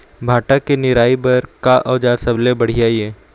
भांटा के निराई बर का औजार सबले बढ़िया ये?